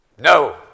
No